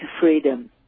freedom